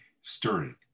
stirring